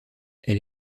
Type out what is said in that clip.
elle